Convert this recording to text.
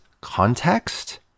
context